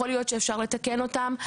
ואולי אפשר לתקן אותם.